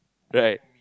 right